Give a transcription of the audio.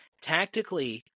tactically